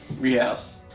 Yes